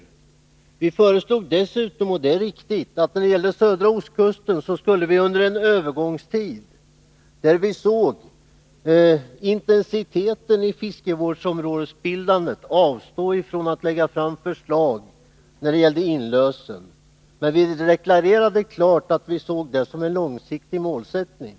Ett annat förslag var mycket riktigt att vi när det gäller södra ostkusten under en övergångstid — för att ta reda på intensiteten i fiskevårdsområdesbildandet — skulle avstå från att lägga fram förslag om inlösen. Men vi deklarerade klart att vi såg det som en långsiktig målsättning.